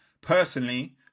personally